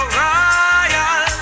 royal